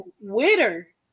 witter